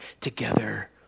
together